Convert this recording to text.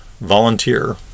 volunteer